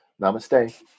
Namaste